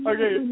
Okay